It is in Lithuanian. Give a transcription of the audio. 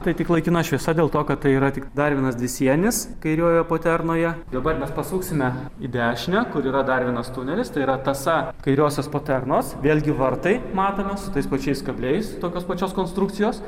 tai tik laikina šviesa dėl to kad tai yra tik dar vienas dvisienis kairiojoje poternoje dabar mes pasuksime į dešinę kur yra dar vienas tunelis tai yra tąsa kairiosios poternos vėlgi vartai matome su tais pačiais kabliais tokios pačios konstrukcijos